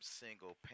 single